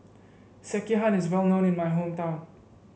sekihan is well known in my hometown